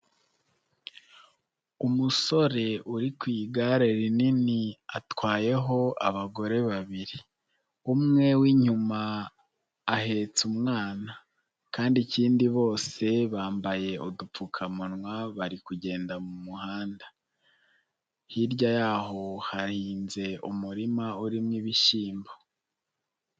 Umusore uri ku igare rinini atwayeho abagore babiri, umwe w'inyuma ahetse umwana kandi ikindi bose bambaye udupfukamunwa bari kugenda mu muhanda, hirya yaho hahinze umurima urimo ibishyimbo.